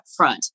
upfront